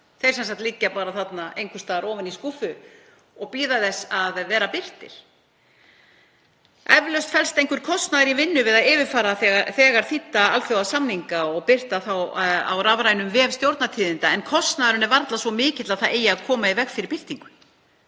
Þeir liggja sem sagt bara einhvers staðar ofan í skúffu og bíða þess að verða birtir. Eflaust felst einhver kostnaður í vinnu við að yfirfara þegar þýdda alþjóðasamninga og birta þá á rafrænum vef Stjórnartíðinda en kostnaðurinn er varla svo mikill að það eigi að koma í veg fyrir birtingu.